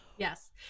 Yes